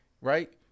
right